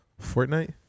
Fortnite